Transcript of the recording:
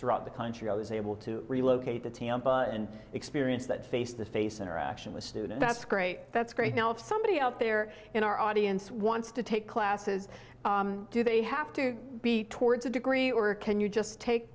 throughout the country i was able to relocate to tampa and experience that face to face interaction with student that's great that's great now if somebody out there in our audience wants to take classes do they have to be towards a degree or can you just take